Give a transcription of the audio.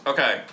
Okay